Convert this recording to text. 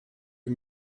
die